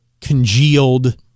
congealed